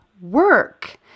work